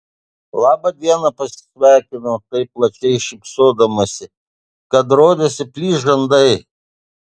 laba diena pasisveikino taip plačiai šypsodamasi kad rodėsi plyš žandai